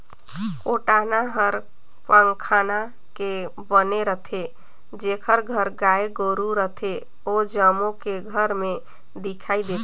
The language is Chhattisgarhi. कोटना हर पखना के बने रथे, जेखर घर गाय गोरु रथे ओ जम्मो के घर में दिखइ देथे